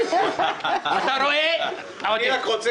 אני רוצה